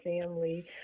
family